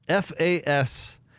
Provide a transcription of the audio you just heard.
FAS